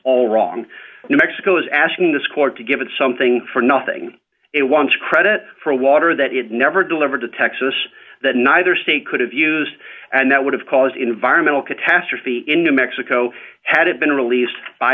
all wrong new mexico is asking this court to give it something for nothing it wants credit for water that it never delivered to texas that neither state could have used and that would have caused environmental catastrophe in new mexico had it been released by